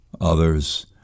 others